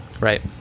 Right